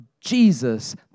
Jesus